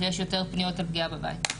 שיש יותר פניות על פגיעה בבית.